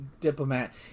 diplomat